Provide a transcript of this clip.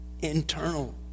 internal